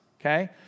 okay